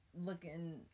looking